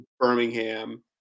Birmingham